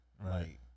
Right